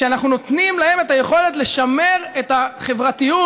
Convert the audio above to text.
כשאנחנו נותנים להם את היכולת לשמר את החברתיות,